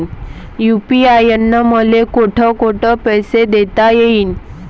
UPI न मले कोठ कोठ पैसे देता येईन?